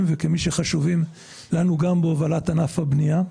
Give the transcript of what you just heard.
וכמי שחשובים לנו גם בהובלת ענף הבנייה.